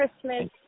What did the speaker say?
Christmas